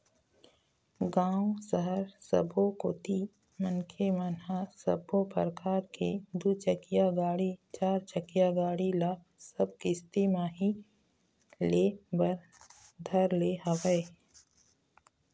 गाँव, सहर सबो कोती मनखे मन ह सब्बो परकार के दू चकिया गाड़ी, चारचकिया गाड़ी ल सब किस्ती म ही ले बर धर ले हवय